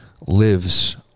lives